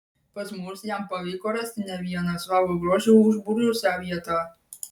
pas mus jam pavyko rasti ne vieną savo grožiu užbūrusią vietą